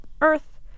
Earth